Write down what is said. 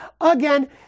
again